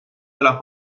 della